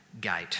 gate